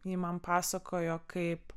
ji man pasakojo kaip